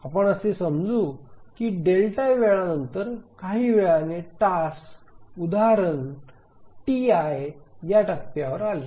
आपण असे समजू की डेल्टा वेळानंतर काही वेळाने टास्क उदाहरण या टप्प्यावर आले